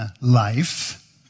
life